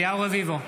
אליהו רביבו,